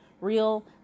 real